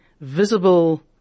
visible